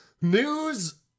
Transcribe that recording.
News